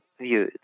view